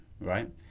right